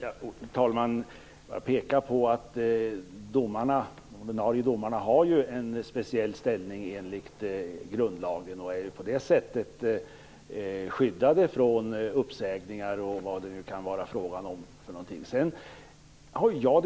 Herr talman! Jag pekade på att de ordinarie domarna har en speciell ställning, enligt grundlagen, och att de på det sättet är skyddade från uppsägningar och sådant.